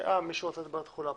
מישהו רוצה לדבר על התחולה?